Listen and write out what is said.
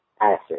asset